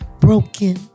broken